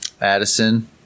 Addison